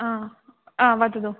आ आ वदतु